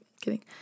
kidding